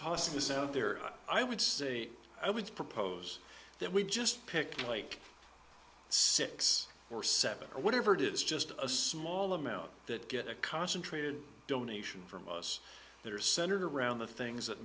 this out there i would say i would propose that we just pick like six or seven or whatever it is just a small amount that get a concentrated donation from us that are centered around the things that